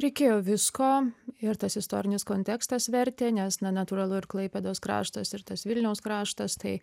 reikėjo visko ir tas istorinis kontekstas vertė nes na natūralu ir klaipėdos kraštas ir tas vilniaus kraštas tai